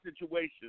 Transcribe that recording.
situation